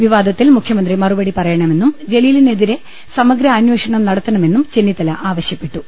വിവാദത്തിൽ മുഖ്യമന്ത്രി മറുപടി പറയണമെന്നും ജലീലിനെതിരെ സമഗ്ര അന്വേഷണം നടത്തണമെന്നും ചെന്നിത്തല ആവശ്യപ്പെട്ടു